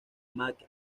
matt